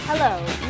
Hello